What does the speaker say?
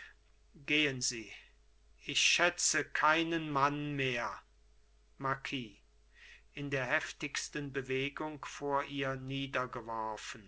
gehen sie ich schätze keinen mann mehr marquis in der heftigsten bewegung vor ihr